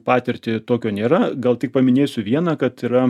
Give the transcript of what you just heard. patirtį tokio nėra gal tik paminėsiu vieną kad yra